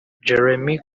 jeremy